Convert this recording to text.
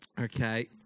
Okay